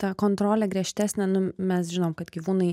ta kontrolė griežtesnė nu mes žinom kad gyvūnai